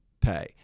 pay